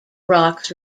rocks